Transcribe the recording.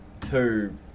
two